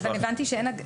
שיש לו השפעה --- כן,